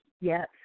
Yes